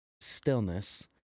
stillness